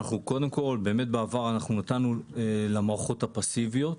בעבר נתנו למערכות הפאסיביות.